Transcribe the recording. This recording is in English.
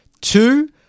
Two